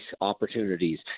opportunities